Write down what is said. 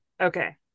Okay